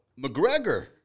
McGregor